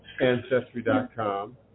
Ancestry.com